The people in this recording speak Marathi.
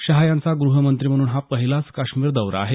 शहा यांचा गृहमंत्री म्हणून हा पहिलाचं काश्मिर दौरा आहे